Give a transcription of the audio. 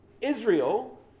Israel